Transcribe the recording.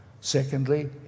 Secondly